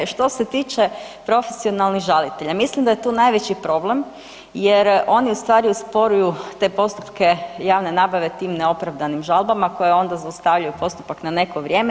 Što se tiče profesionalnih žalitelja mislim da je tu najveći problem jer oni ustvari usporuju te postupke javne nabave tim neopravdanim žalbama koje onda zaustavljaju postupak na neko vrijeme.